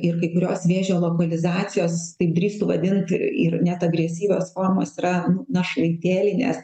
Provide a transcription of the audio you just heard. ir kai kurios vėžio lokalizacijos tai drįstu vadint ir net agresyvios formos našlaitėlinės